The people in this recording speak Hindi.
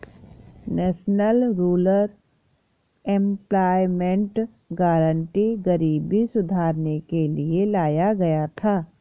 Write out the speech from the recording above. नेशनल रूरल एम्प्लॉयमेंट गारंटी गरीबी सुधारने के लिए लाया गया था